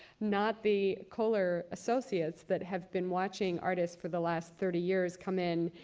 not the kohler associates that have been watching artists for the last thirty years come in,